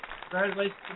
Congratulations